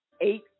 Eight